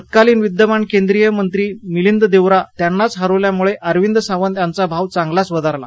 तत्कालीन विद्यमान केंद्रीय मंत्री मिलिंद देवरा यांनाच हरवल्यामुळे अरविंद सावंत यांचा भाव चांगलाच वधारला